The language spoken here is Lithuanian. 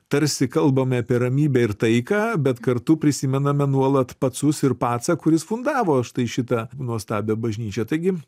tarsi kalbame apie ramybę ir taiką bet kartu prisimename nuolat pacus ir pacą kuris fundavo štai šitą nuostabią bažnyčią taigi